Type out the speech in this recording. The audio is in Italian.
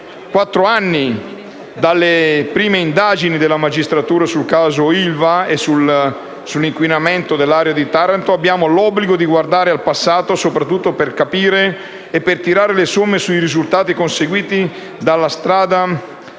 quattro anni dalle prime indagini della magistratura sul caso ILVA e sull'inquinamento dell'area di Taranto, abbiamo l'obbligo di guardare al passato soprattutto per capire e per tirare le somme sui risultati conseguiti nel percorso